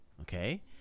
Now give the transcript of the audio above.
Okay